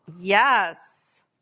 Yes